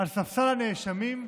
על ספסל הנאשמים,